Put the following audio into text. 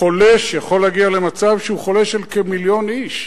יכול להגיע למצב שהוא חולש על כמיליון איש.